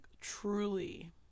truly